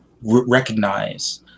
recognize